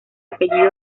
apellido